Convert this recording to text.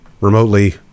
remotely